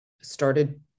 started